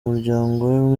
muryango